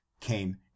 came